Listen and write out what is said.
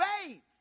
faith